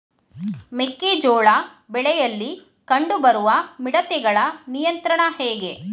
ಮೆಕ್ಕೆ ಜೋಳ ಬೆಳೆಯಲ್ಲಿ ಕಂಡು ಬರುವ ಮಿಡತೆಗಳ ನಿಯಂತ್ರಣ ಹೇಗೆ?